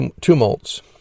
tumults